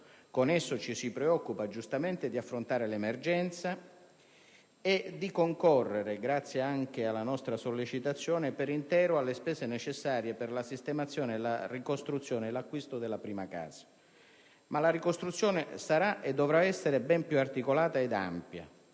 con esso ci si preoccupa giustamente di affrontare l'emergenza e di concorrere, grazie anche alla nostra sollecitazione, per intero alle spese necessarie per la sistemazione, la ricostruzione e l'acquisto della prima casa; ma la ricostruzione sarà e dovrà essere ben più articolata ed ampia.